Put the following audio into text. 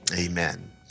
amen